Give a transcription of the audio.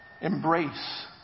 Embrace